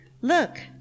Look